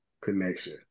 connection